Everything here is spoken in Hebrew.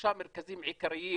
שלושה מרכזים עיקריים,